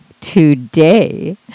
today